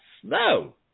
snow